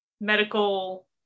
medical